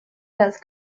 las